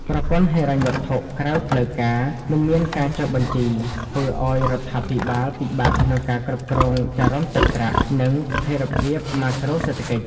ប្រព័ន្ធហិរញ្ញវត្ថុក្រៅផ្លូវការមិនមានការចុះបញ្ជី ធ្វើឱ្យរដ្ឋាភិបាលពិបាកក្នុងការគ្រប់គ្រងចរន្តសាច់ប្រាក់ និងស្ថិរភាពម៉ាក្រូសេដ្ឋកិច្ច។